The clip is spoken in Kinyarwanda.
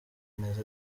neza